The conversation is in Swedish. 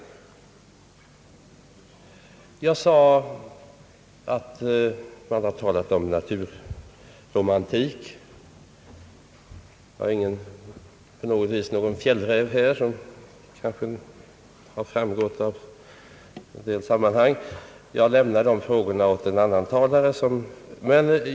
Jag sade att man har talat om naturromantik. Jag är inte alls någon fjällräv — det har väl framgått i andra sammanhang — och jag överlämnar hithörande frågor till någon annan talare, som är bättre insatt i dem.